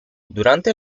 durante